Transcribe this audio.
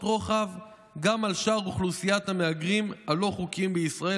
רוחב גם על שאר אוכלוסיית המהגרים הלא-חוקיים בישראל,